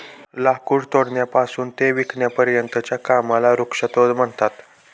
लाकूड तोडण्यापासून ते विकण्यापर्यंतच्या कामाला वृक्षतोड म्हणतात